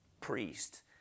priest